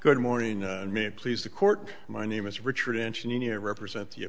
good morning i mean please the court my name is richard engineer represent the